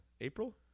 April